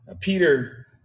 Peter